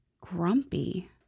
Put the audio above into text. grumpy